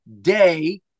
day